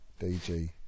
DG